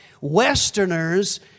Westerners